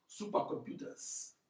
supercomputers